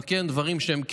אבל כן, דברים שהם קריטיים,